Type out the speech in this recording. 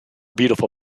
beautiful